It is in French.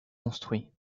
construits